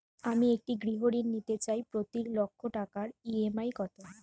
আমি একটি গৃহঋণ নিতে চাই প্রতি লক্ষ টাকার ই.এম.আই কত?